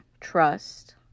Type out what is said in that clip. trust